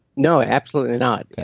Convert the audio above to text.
no, absolutely not.